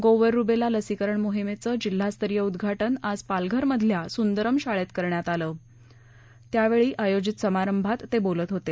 गोवर रुबेला लसीकरण मोहिमेचं जिल्हास्तरीय उद्घाटन आज पालघर मधल्या सुंदरम शाळेत करण्यात आलं त्यावेळी आयोजित समारंभात ते बोलत होते